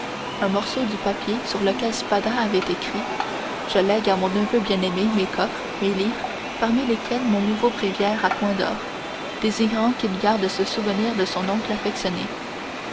un morceau de papier sur lequel spada avait écrit je lègue à mon neveu bien-aimé mes coffres mes livres parmi lesquels mon beau bréviaire à coins d'or désirant qu'il garde ce souvenir de son oncle affectionné